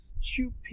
stupid